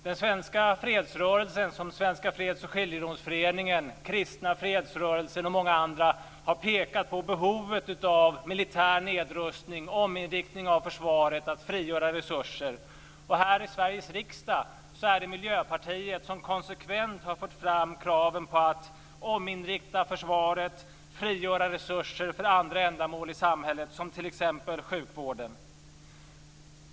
Den svenska fredsrörelsen, som Svenska Fredsoch skiljedomsföreningen, Kristna fredsrörelsen och många andra, har pekat på behovet av militär nedrustning, ominriktning av försvaret för att frigöra resurser. Här i Sveriges riksdag är det Miljöpartiet som konsekvent har fört fram kraven på att ominrikta försvaret, frigöra resurser för andra ändamål i samhället, som t.ex. sjukvården.